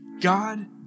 God